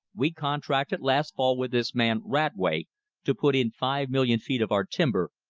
we contracted last fall with this man radway to put in five million feet of our timber,